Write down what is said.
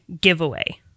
giveaway